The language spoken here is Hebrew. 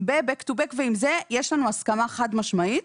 בגב אל גב ועם זה יש לנו הסכמה חד משמעית.